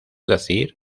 decir